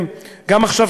גם עכשיו,